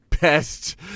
best